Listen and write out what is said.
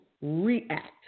react